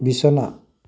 বিছনা